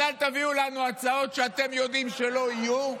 אז אל תביאו לנו הצעות שאתם יודעים שלא יהיו.